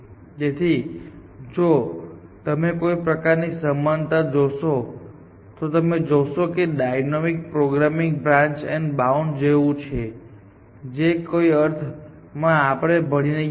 તેથી જો તમે કોઈ પ્રકારની સમાનતા જોશો તો તમે જોશો કે dynamic programming branch and bound જેવું છે જે કોઈ અર્થ માં આપણે ભણી રહ્યા હતા